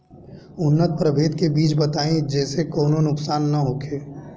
उन्नत प्रभेद के बीज बताई जेसे कौनो नुकसान न होखे?